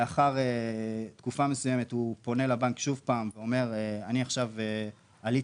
לאחר תקופה מסוימת הוא פונה לבנק שוב ואומר הוא עכשיו עלה